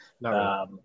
No